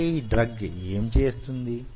అయితే యీ డ్రగ్ యేం చేస్తుంది